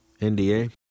NDA